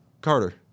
Carter